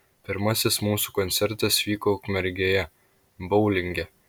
pirmasis mūsų koncertas vyko ukmergėje boulinge